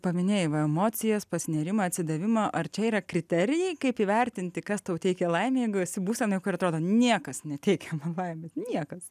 paminėjai emocijas pasinėrimą atsidavimą ar čia yra kriterijai kaip įvertinti kas tau teikia laimę jeigu esi būsenoj kur atrodo niekas neteikia laimės niekas